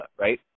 right